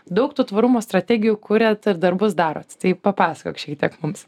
daug tų tvarumo strategijų kuriat ir darbus darot tai papasakok šiek tiek mums